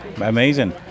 Amazing